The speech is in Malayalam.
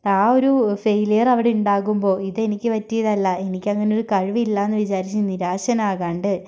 ആ ഒരു ഫെയിലിയർ അവിടെ ഉണ്ടാകുമ്പോൾ ഇതെനിക്ക് പറ്റിയതല്ല എനിക്ക് അങ്ങനൊരു കഴിവില്ലായെന്നു വിചാരിച്ച് നിരാശനാകാണ്ട്